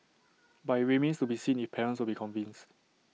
but IT remains to be seen if parents will be convinced